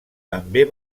també